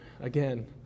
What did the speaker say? again